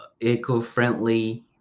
eco-friendly